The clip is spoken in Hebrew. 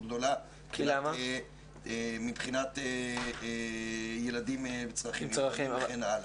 גדולה מבחינת ילדים עם צרכים מיוחדים וכן הלאה.